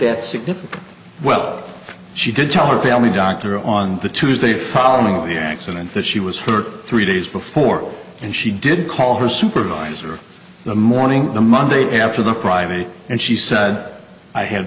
that significant well she did tell her family doctor on the tuesday following the accident that she was hurt three days before and she did call her supervisor of the morning the monday after the primary and she said i had